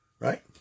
Right